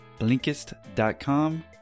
Blinkist.com